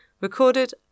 recorded